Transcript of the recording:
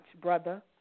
brother